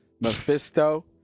Mephisto